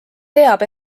teab